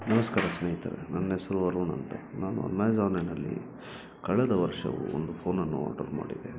ನಮಸ್ಕಾರ ಸ್ನೇಹಿತರೆ ನನ್ನ ಹೆಸ್ರು ವರುಣ್ ಅಂತ ನಾನು ಅಮೇಝಾನಿನಲ್ಲಿ ಕಳೆದ ವರ್ಷವು ಒಂದು ಫೋನನ್ನು ಆರ್ಡರ್ ಮಾಡಿದೆ